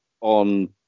on